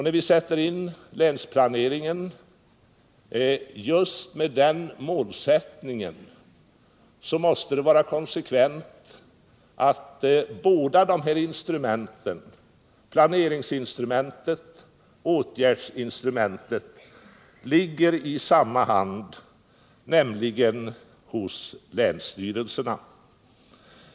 När vi sätter in länsplaneringen med just det målet, måste det vara konsekvent att båda dessa instrument, planeringsinstrumentet och åtgärdsinstrumentet, handhas av samma instanser, nämligen länsstyrelserna.